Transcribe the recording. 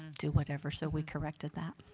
do whatever so we corrected that.